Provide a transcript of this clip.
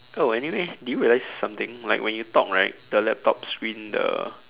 oh anyway do you realize something like when you talk right the laptop screen the